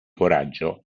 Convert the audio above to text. coraggio